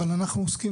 אבל אנחנו עוסקים,